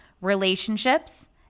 relationships